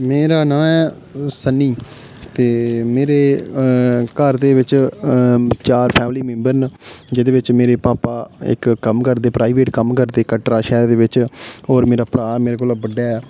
मेरा नांऽ ऐ सन्नी ते मेरे घर दे बिच अ चार फैमली मिंबर न जेह्दे बिच मेरे पापा इक कम्म करदे प्राइवेट कम्म करदे कटरा शैह्र दे बिच होर मेरा भ्राऽ मेरे कोला बड्डा ऐ